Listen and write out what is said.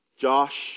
Josh